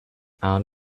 out